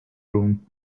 room